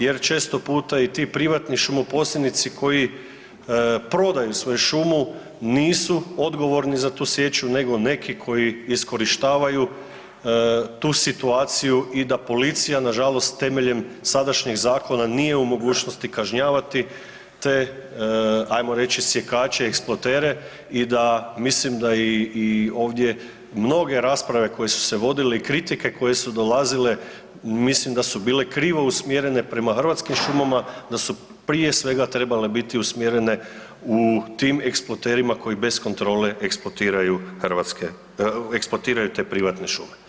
Jer često puta i ti privatni šumo posjednici koji prodaju svoju šumu nisu odgovorni za tu sječu nego neki koji iskorištavaju tu situaciju i da policija na žalost temeljem sadašnjeg zakona nije u mogućnosti kažnjavati te hajmo reći sjekače, eksploatere i da mislim da i ovdje mnoge rasprave koje su se vodile i kritike koje su dolazile mislim da su bile krivo usmjerene prema Hrvatskim šumama, da su prije svega trebale biti usmjerene u tim eksploaterima koji bez kontrole eksploatiraju te privatne šume.